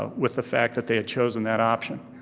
ah with the fact that they had chosen that option.